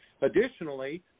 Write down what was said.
Additionally